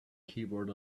keyboard